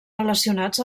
relacionats